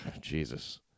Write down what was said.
Jesus